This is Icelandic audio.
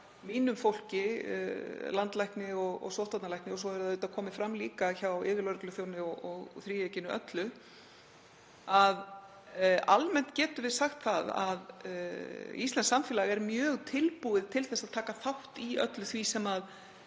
mínu fólki, landlækni og sóttvarnalækni, og svo hefur það auðvitað komið fram líka hjá yfirlögregluþjóni og þríeykinu öllu, að almennt getum við sagt að íslenskt samfélag er mjög tilbúið til að taka þátt í öllu því sem